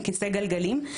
עם כיסא גלגלים.